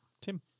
Tim